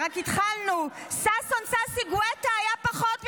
עוד, רק התחלנו: ששון ששי גואטה היה פחות ממני,